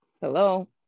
hello